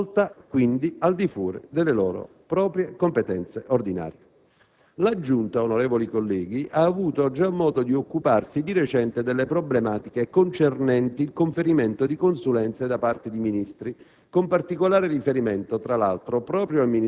per l'attività di valutazione delle consulenze, svolta, quindi, al di fuori delle loro proprie competenze ordinarie. La Giunta, onorevoli colleghi, ha avuto già modo di occuparsi di recente delle problematiche concernenti il conferimento di consulenze da parte di Ministri